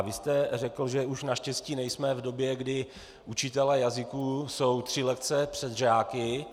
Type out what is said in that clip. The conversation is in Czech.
Vy jste řekl, že už naštěstí nejsme v době, kdy učitelé jazyků jsou tři lekce před žáky.